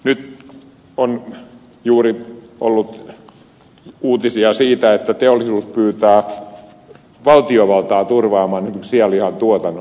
nyt on juuri ollut uutisia siitä että teollisuus pyytää valtiovaltaa turvaamaan sianlihan tuotannon